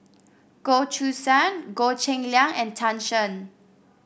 Goh Choo San Goh Cheng Liang and Tan Shen